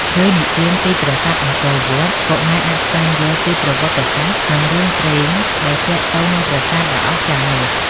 រឿងនិទានពីប្រាសាទអង្គរវត្ត កុមារអាចស្វែងយល់ពីប្រវត្តិសាស្ត្រ និងរឿងព្រេងដែលទាក់ទងនឹងប្រាសាទដ៏អស្ចារ្យនេះ។